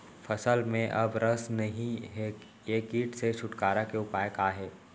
फसल में अब रस नही हे ये किट से छुटकारा के उपाय का हे?